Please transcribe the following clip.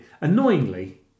Annoyingly